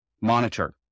monitor